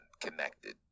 connected